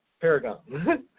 paragon